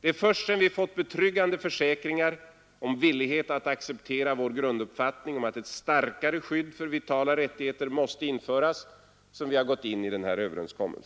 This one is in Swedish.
Det är först sedan vi fått betryggande försäkringar om villighet att acceptera vår grunduppfattning om att ett starkare skydd för vitala rättigheter måste införas som vi gått in i en överenskommelse.